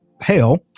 hell